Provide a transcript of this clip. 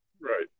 Right